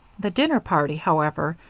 the dinner party, however,